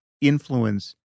influence